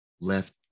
left